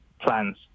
plans